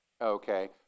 Okay